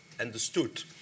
understood